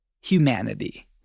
humanity